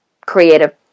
creative